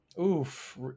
Oof